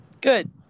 Good